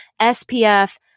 SPF